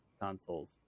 consoles